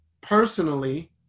personally